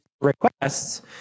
requests